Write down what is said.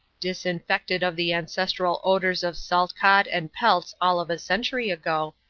disinfected of the ancestral odors of salt-cod and pelts all of a century ago,